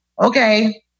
okay